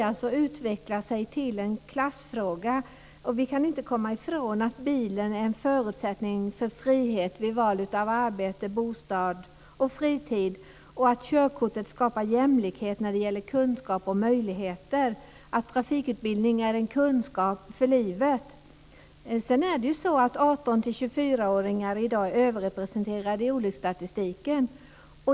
Det börjar att utvecklas till en klassfråga. Vi kan inte komma ifrån att bilen är en förutsättning för frihet vid val av arbete, bostad och fritid. Körkortet skapar jämlikhet när det gäller kunskaper och möjligheter. Trafikutbildning är en kunskap för livet. 18-24-åringar är i dag överrepresenterade i olycksstatistiken.